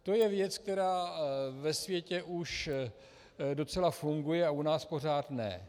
To je věc, která ve světě už docela funguje a u nás pořád ne.